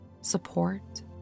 support